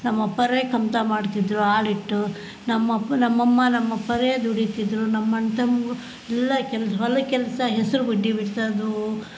ನಮ್ಮಪ್ಪವ್ರೇ ಕಮ್ತ ಮಾಡ್ತಿದ್ರು ಆಳಿಟ್ಟು ನಮ್ಮಪ್ ನಮ್ಮಮ್ಮ ನಮ್ಮಪ್ಪವ್ರೇ ದುಡಿತಿದ್ದರು ನಮ್ಮ ಅಣ್ಣ ತಮ್ಮಗು ಎಲ್ಲ ಕೆಲ್ಸ ಹೊಲದ ಕೆಲಸ ಹೆಸರು ಬುಡ ಬಿಡ್ಸೋದು